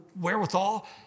wherewithal